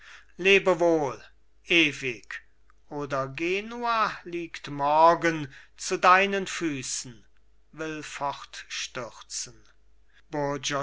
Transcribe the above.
lebe wohl ewig oder genua liegt morgen zu deinen füßen will